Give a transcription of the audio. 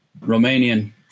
Romanian